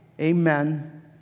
Amen